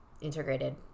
integrated